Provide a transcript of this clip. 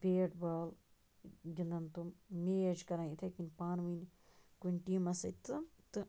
bat ball گِنٛدان تِم match کَران یِتھَے کَنۍ پانہٕ ؤنۍ کُنہِ ٹیٖمَس سۭتۍ تہٕ تہٕ